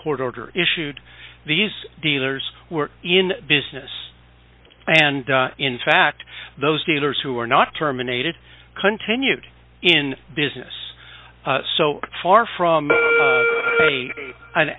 court order issued these dealers were in business and in fact those dealers who were not terminated continued in business so far from an